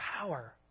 power